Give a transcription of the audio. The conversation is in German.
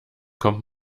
kommt